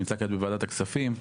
שנמצא כעת בוועדת הכספים,